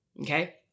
Okay